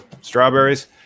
strawberries